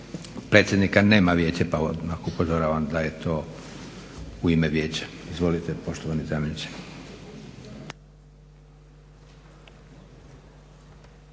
Predsjednika nema Vijeća, pa odmah upozoravam da je to u ime Vijeća. Izvolite poštovani zamjeniče.